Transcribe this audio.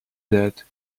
that